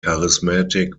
charismatic